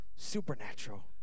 supernatural